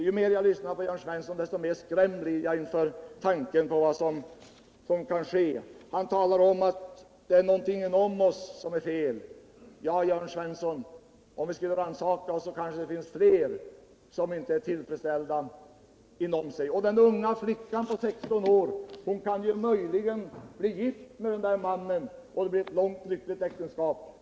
Ju mer jag lyssnar på Jörn Svensson, desto mer skrämd blir jag inför tanken på vad som kan ske. Han säger att det är någonting inom oss som är fel. Ja, Jörn Svensson, om vi skulle rannsaka oss så kanske det finns fler som inte är tillfredsställda inom sig. Flickan på 16 år kan möjligen bli gift med den där mannen och få ett långt lyckligt äktenskap.